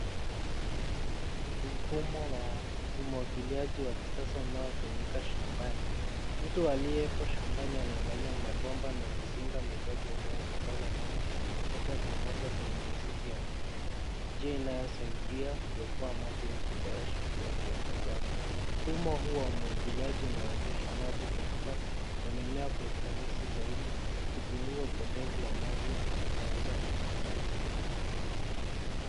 Ni mfumo wa umwagiliaji wa kisasa unaitumika shambani. Mtu aliyepo shambani anaangalia mabomba na mizinga midogo inayosambaza maji moja kwa moja kwenye mizizi ya mimea, njia inayosaidia kuokoa maji na kuboresha ukuaji wa mazao. Mfumo huu wa umwailiaji unawezesha maji kufika kwa mimea kwa ufanisi zaidi ukipunguza upotevu wa maji na kuongeza mavuno.